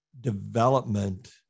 development